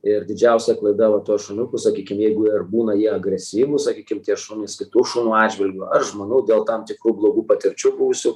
ir didžiausia klaida va tuos šuniukus sakykim jeigu jie ir būna jie agresyvūs sakykim tie šunys kitų šunų atžvilgiu ar žmonių dėl tam tikrų blogų patirčių buvusių